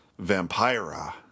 vampira